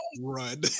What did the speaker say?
run